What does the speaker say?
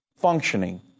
functioning